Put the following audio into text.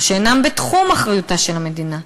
או שאינם בתחום אחריותה של המדינה,